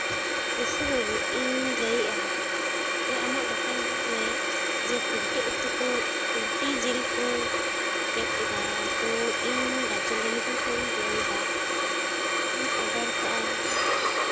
ᱨᱤᱥᱤ ᱵᱟᱹᱵᱩ ᱤᱧ ᱞᱟᱹᱭ ᱮᱫᱼᱟ ᱡᱮ ᱟᱢᱟᱜ ᱫᱚᱠᱟᱱ ᱨᱮ ᱡᱮ ᱯᱳᱞᱴᱤ ᱩᱛᱩ ᱠᱚ ᱯᱳᱞᱴᱤ ᱡᱤᱞ ᱠᱚ ᱜᱮᱫ ᱮᱫᱟ ᱛᱳ ᱤᱧ ᱜᱟᱡᱚᱞ ᱨᱟᱱᱤᱯᱩᱨ ᱠᱷᱚᱱᱟᱜ ᱤᱧ ᱞᱟᱹᱭᱫᱟ ᱛᱳ ᱤᱧ ᱚᱰᱟᱨ ᱟᱠᱟᱫᱼᱟ